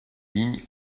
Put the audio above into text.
lignes